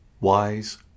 wise